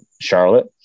Charlotte